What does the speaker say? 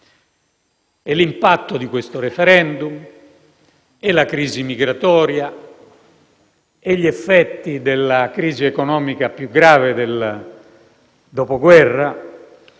l'impatto di questo *referendum*, la crisi migratoria, gli effetti della crisi economica più grave del dopoguerra